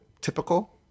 typical